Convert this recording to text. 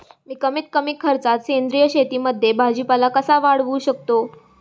मी कमीत कमी खर्चात सेंद्रिय शेतीमध्ये भाजीपाला कसा वाढवू शकतो?